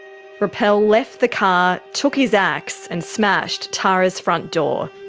rappel left the car, took his axe, and smashed tara's front door.